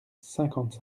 cinquante